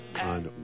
on